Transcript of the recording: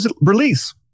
release